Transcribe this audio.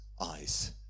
eyes